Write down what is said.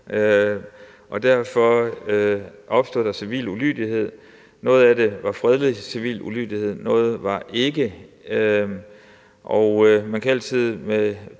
Derfor opstod der civil ulydighed. Noget af det var fredelig civil ulydighed, noget var ikke. Man kan altid med